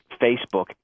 Facebook